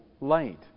light